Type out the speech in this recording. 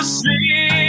see